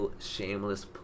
shameless